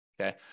Okay